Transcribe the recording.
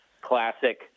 classic